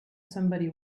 somebody